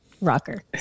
rocker